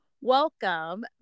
Welcome